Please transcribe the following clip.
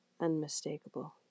unmistakable